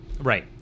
right